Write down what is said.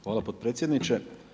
Hvala potpredsjedniče.